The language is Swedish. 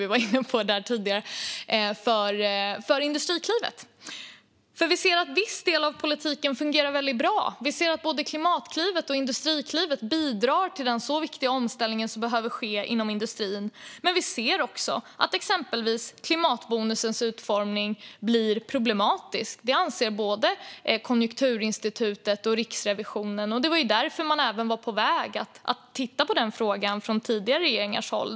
Vi ser att en viss del av politiken fungerar väldigt bra. Vi ser att både Klimatklivet och Industriklivet bidrar till den viktiga omställning som behöver ske inom industrin. Men vi ser också att exempelvis klimatbonusens utformning blir problematisk. Det anser både Konjunkturinstitutet och Riksrevisionen. Det var därför man även var på väg att titta på den frågan från tidigare regeringars håll.